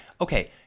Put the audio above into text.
Okay